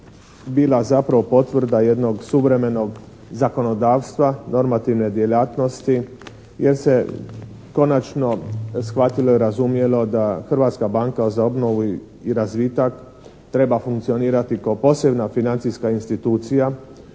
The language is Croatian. bila zapravo potvrda jednog suvremenog zakonodavstva normativne djelatnosti jer se konačno shvatilo i razumjelo da Hrvatska banka za obnovu i razvitak treba funkcionirati kao posebna financijska institucija,